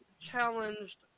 challenged